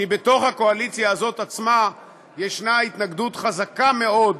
כי בתוך הקואליציה הזאת עצמה יש התנגדות חזקה מאוד,